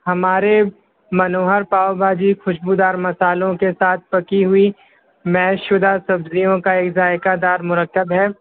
ہمارے منوہر پاؤ بھاجی خوشبودارمصالحوں کے ساتھ پکی ہوئی محض شدہ سبزیوں کا ایک ذائقہ دار مرتب ہے